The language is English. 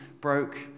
broke